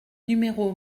numéro